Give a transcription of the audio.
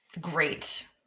Great